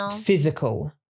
Physical